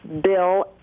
bill